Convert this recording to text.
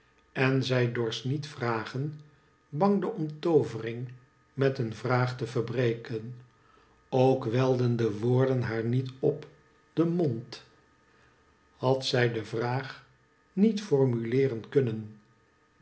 en zij dorst niet vragen bang de omtoovering met een vraag te verbreken ook welden de woorden haar niet op den mond had zij de vraag niet formuleeren kunnen